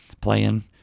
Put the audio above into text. playing